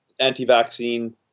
anti-vaccine